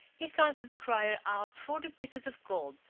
he counted the crier out forty pieces of gold,